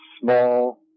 small